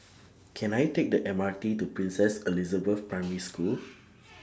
Can I Take The M R T to Princess Elizabeth Primary School